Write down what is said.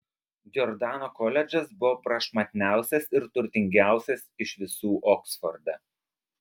džordano koledžas buvo prašmatniausias ir turtingiausias iš visų oksforde